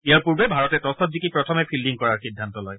ইয়াৰ পূৰ্বে ভাৰতে টছত জিকি প্ৰথমে ফিল্ডিং কৰাৰ সিদ্ধান্ত লয়